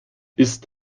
ist